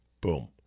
Boom